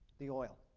the oil.